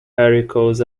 articles